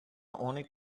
only